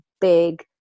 big